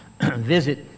visit